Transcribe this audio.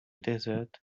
desert